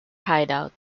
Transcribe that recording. hideout